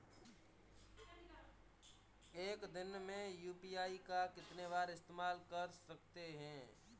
एक दिन में यू.पी.आई का कितनी बार इस्तेमाल कर सकते हैं?